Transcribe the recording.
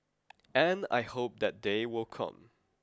and I hope that day will come